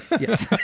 Yes